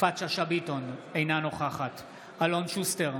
יפעת שאשא ביטון, אינה נוכחת אלון שוסטר,